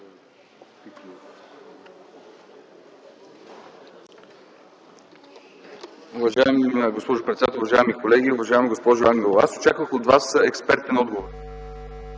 Уважаема госпожо председател, уважаеми колеги! Уважаема госпожо Ангелова, очаквах от Вас експертен отговор.